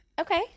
Okay